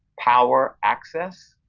power, access,